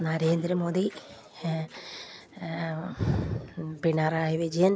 Narendra Modi Pinarayi Vijayan